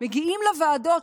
מגיעים לוועדות,